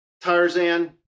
Tarzan